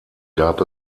gab